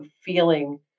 feeling